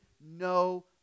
no